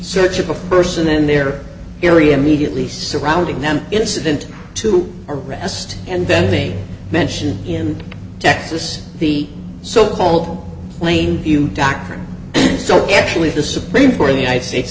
search of a person in their area immediately surrounding them incident to arrest and then they mention in texas the so called plain view doctrine and so actually the supreme court of the united states